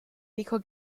dice